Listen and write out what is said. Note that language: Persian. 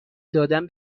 دادن